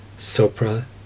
SOPRA